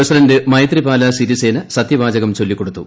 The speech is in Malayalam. പ്രസിഡന്റ് മൈത്രിപാല സിരിസേന സത്യവാചകം ചൊല്ലിക്കൊടുത്തു